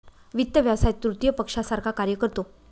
वित्त व्यवसाय तृतीय पक्षासारखा कार्य करतो